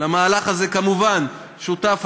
למהלך הזה כמובן שותף,